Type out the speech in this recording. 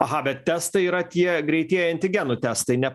aha bet testai yra tie greitieji antigenų testai ne